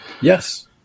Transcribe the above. Yes